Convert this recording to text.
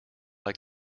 like